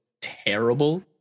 terrible